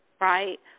right